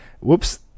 whoops